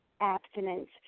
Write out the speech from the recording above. abstinence